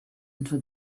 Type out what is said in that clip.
into